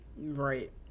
Right